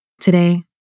Today